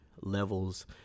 levels